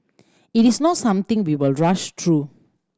it is not something we will rush through